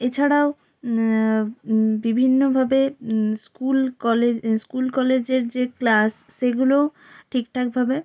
এছাড়াও বিভিন্নভাবে school college school কলেজের যে ক্লাস সেগুলো ঠিকঠাকভাবে